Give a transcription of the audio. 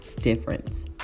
difference